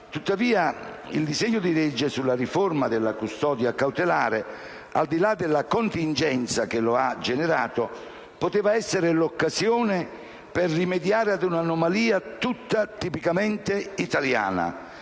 Tuttavia, il disegno di legge sulla riforma della custodia cautelare, al di là della contingenza che l'ha generato, avrebbe potuto essere l'occasione per rimediare a quell'anomalia tutta tipicamente italiana,